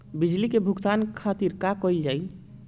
बिजली के भुगतान खातिर का कइल जाइ?